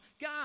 God